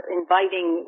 inviting